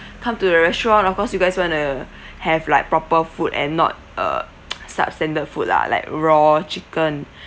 come to the restaurant of course you guys want to have like proper food and not uh substandard food lah like raw chicken